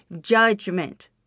judgment